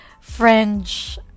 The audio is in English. French